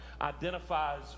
identifies